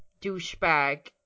douchebag